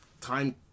time